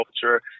culture